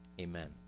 Amen